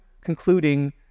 concluding